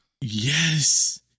Yes